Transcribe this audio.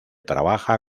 trabaja